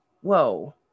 Whoa